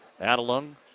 Adelung